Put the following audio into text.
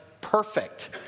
perfect